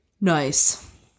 Nice